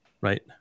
Right